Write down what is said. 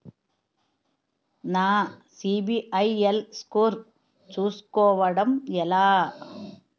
నా సిబిఐఎల్ స్కోర్ చుస్కోవడం ఎలా?